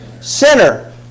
Sinner